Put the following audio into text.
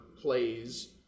plays